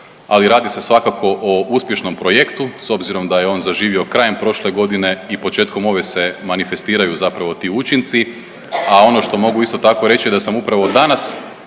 ali radi se svakako o uspješnom projektu s obzirom da je on zaživio krajem prošle godine i početkom ove se manifestiraju zapravo ti učinci, a ono što mogu isto tako reći da sam upravo danas